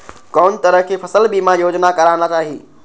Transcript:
कोन तरह के फसल बीमा योजना कराना चाही?